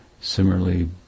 similarly